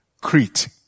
Crete